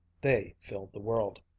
they filled the world.